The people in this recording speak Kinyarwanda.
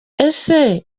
ese